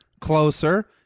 Closer